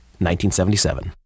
1977